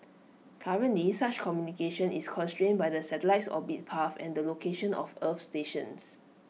currently such communication is constrained by the satellite's orbit path and the location of earth stations